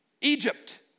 Egypt